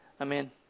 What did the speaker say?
Amen